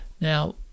now